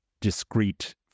discrete